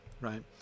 right